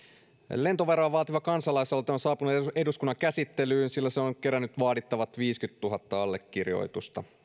lentoveroa vaativa kansalaisaloite on saapunut eduskunnan käsittelyyn sillä se on kerännyt vaadittavat viisikymmentätuhatta allekirjoitusta